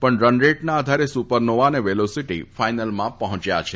પણ રનરેટના આધારે સુપરનોવા તથા વેલોસીટી ફાઈનલમાં પફોંચ્યા છે